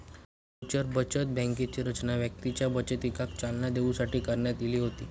mutual बचत बँकांची रचना व्यक्तींच्या बचतीका चालना देऊसाठी करण्यात इली होती